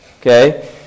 okay